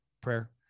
prayer